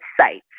sites